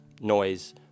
noise